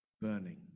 burning